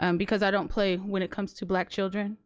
um because i don't play when it comes to black children,